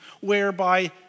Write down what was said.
whereby